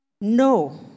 No